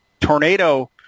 tornado